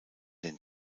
den